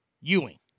Ewing